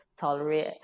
tolerate